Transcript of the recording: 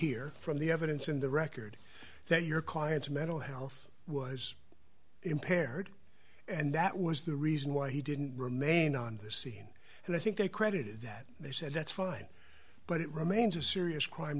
here from the evidence in the record that your client's mental health was impaired and that was the reason why he didn't remain on the scene and i think they credited that they said that's fine but it remains a serious crime